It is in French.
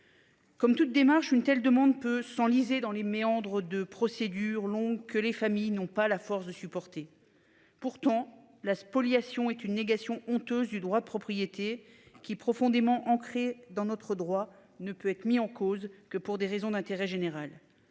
Comme toute démarche une telle demande peut s'enliser dans les méandres de procédure longue que les familles n'ont pas la force de supporter. Pourtant la spoliation est une négation honteuse du droit de propriété qui profondément ancré dans notre droit ne peut être mis en cause que pour des raisons d'intérêt général.